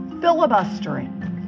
filibustering